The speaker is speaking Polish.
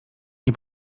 nie